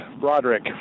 Broderick